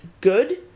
good